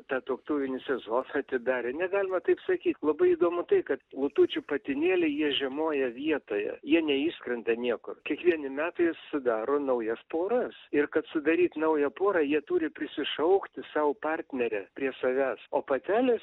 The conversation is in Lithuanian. tą tuoktuvinį sezoną atidarė negalima taip sakyt labai įdomu tai kad lutučių patinėliai jie žiemoja vietoje jie neišskrenda niekur kiekvieni metai sudaro naujas poras ir kad sudaryt naują porą jie turi prisišaukti sau partnerę prie savęs o patelės